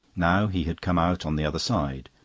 now he had come out on the other side.